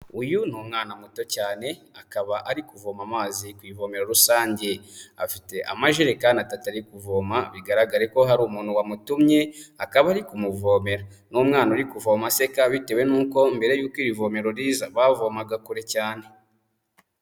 Uyu ni umwana muto cyane akaba ari kuvoma amazi ku ivomero rusange, afite amajerekani atatu ari kuvoma bigaragare ko hari umuntu wamutumye akaba ari kumuvomera, ni umwana uri kuvoma aseka bitewe n'uko mbere y'uko iri vomero riza bavomaga kure cyane.